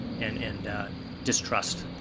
and and distrust.